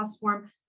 form